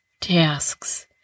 tasks